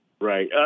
Right